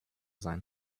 sein